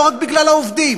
לא רק בגלל העובדים,